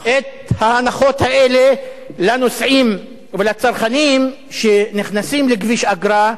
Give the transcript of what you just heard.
את ההנחות האלה לנוסעים ולצרכנים שנכנסים לכביש אגרה,